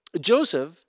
Joseph